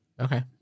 Okay